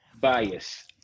bias